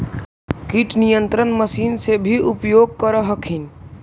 किट नियन्त्रण मशिन से भी उपयोग कर हखिन?